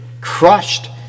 crushed